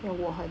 我很